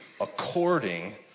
according